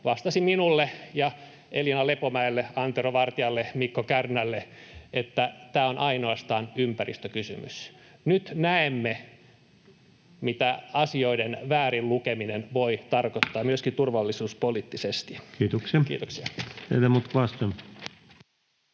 vastasi minulle ja Elina Lepomäelle, Antero Vartialle, Mikko Kärnälle, että tämä on ainoastaan ympäristökysymys. Nyt näemme, mitä asioiden väärin lukeminen voi tarkoittaa myöskin turvallisuuspoliittisesti. — Kiitoksia.